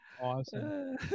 Awesome